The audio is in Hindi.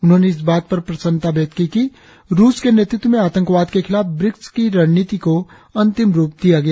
उन्होंने इस बात पर प्रसन्नता व्यक्त की कि रूस के नेतृत्व में आतंकवाद के खिलाफ ब्रिक्स की रणनीति को अंतिम रूप दिया गया